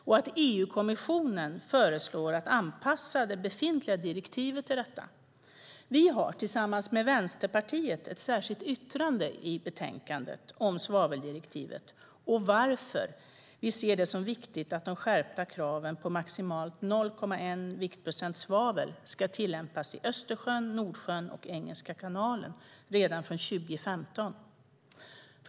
EU-kommissionen föreslår att anpassa det befintliga direktivet till detta. Vi har tillsammans med Vänsterpartiet ett särskilt yttrande i betänkandet om svaveldirektivet och varför vi ser det som viktigt att de skärpta kraven på maximalt 0,1 viktprocent svavel ska tillämpas i Östersjön, Nordsjön och Engelska kanalen redan från 2015.